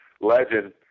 legend